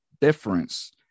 difference